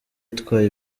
itwaye